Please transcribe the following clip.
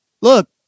Look